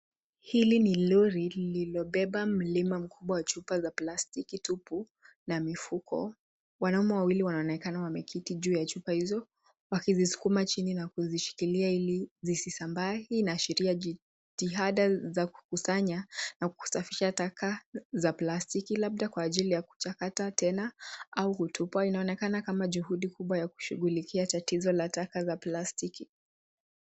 Hili ni lori lililobeba mlima mkubwa wa chupa za plastiki tupu na mifuko. Wanaume wawili wanaonekana wameketi juu ya chupa hizo wakizisukuma chini na kuzishikilia ili zisisambae. Hii inaashiria jitihada za kukusanya na kusafisha taka za plastiki labda kwa ajili ya kuchakata tena au kutupa. Inaonekana kama juhudi kubwa ya kushughulikia tatizo la taka za plastiki.